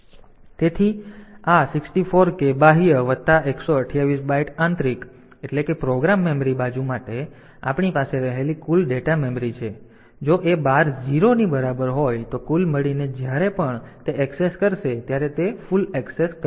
તેથી આ 64K બાહ્ય વત્તા આ 128 બાઈટ આંતરિક એટલે કે પ્રોગ્રામ મેમરી બાજુ માટે આપણી પાસે રહેલી કુલ ડેટા મેમરી છે જો એ બાર 0 ની બરાબર હોય તો કુલ મળીને જ્યારે પણ તે એક્સેસ કરશે ત્યારે તે કુલ ઍક્સેસ કરશે